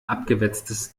abgewetztes